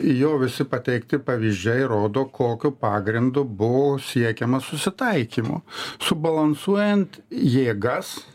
jo visi pateikti pavyzdžiai rodo kokiu pagrindu buvo siekiama susitaikymo subalansuojant jėgas